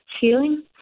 feeling